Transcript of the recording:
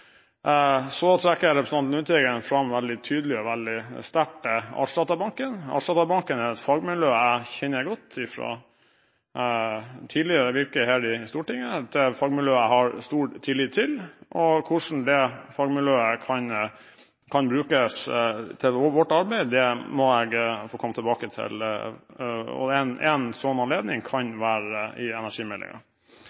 Så trekker representanten Lundteigen fram veldig tydelig, veldig sterkt, Artsdatabanken. Artsdatabanken er et fagmiljø jeg kjenner godt fra mitt tidligere virke her i Stortinget. Det er et fagmiljø jeg har stor tillit til. Hvordan det fagmiljøet kan brukes i vårt arbeid, må jeg få komme tilbake til. En slik anledning kan